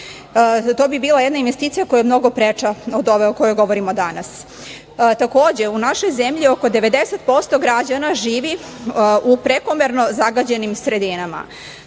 To bila jedna investicija koja je mnogo preča od ove o kojoj govorimo danas. Takođe, u našoj zemlji oko 90% građana živi u prekomerno zagađenim sredinama.